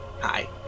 Hi